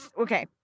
okay